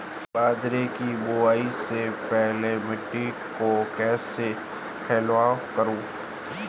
बाजरे की बुआई से पहले मिट्टी को कैसे पलेवा करूं?